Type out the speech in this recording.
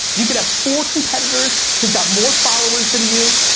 you can have four competitors who've got more followers than you,